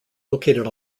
located